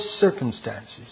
circumstances